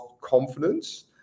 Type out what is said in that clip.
confidence